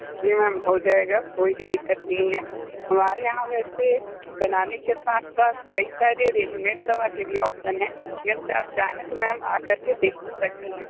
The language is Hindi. जी मैम हो जाएगा कोई भी दिक्कत नहीं है हमारे यहाँ वैसे बनाने के साथ साथ कई सारे रेडीमेट तवा के भी ऑप्शन है जैसे आप चाहे तो मैम आ कर के देख सकती हैं